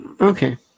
okay